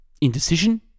Indecision